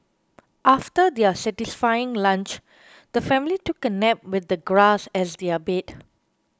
after their satisfying lunch the family took a nap with the grass as their bed